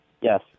Yes